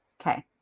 Okay